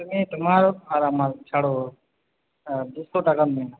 তুমি তোমার আর আমার ছাড়ো দুশো টাকা নিয়ে নাও